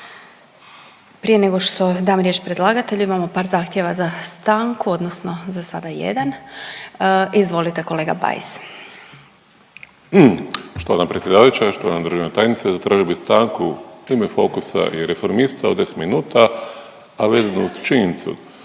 Prije nego što dam riječ predlagatelju imamo par zahtjeva za stanku odnosno za sada jedan. Izvolite kolega Bajs. **Bajs, Damir (Fokus)** Štovana predsjedavajuća, štovana državna tajnice zatražio bi stanku u ime Fokusa i Reformista od 10 minuta, a vezano uz činjenicu